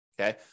Okay